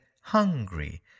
hungry